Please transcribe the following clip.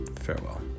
Farewell